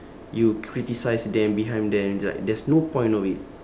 you criticise them behind them is like there's no point of it